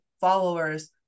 followers